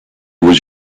was